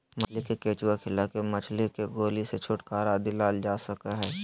मछली के केंचुआ खिला के मछली के गोली से छुटकारा दिलाल जा सकई हई